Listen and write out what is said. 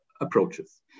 approaches